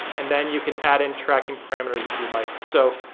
and then you can add in tracking parameters if you like. so,